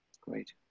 Great